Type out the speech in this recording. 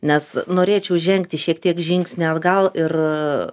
nes norėčiau žengti šiek tiek žingsnį atgal ir